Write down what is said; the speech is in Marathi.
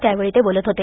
त्यावेळी ते बोलत होते